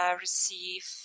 receive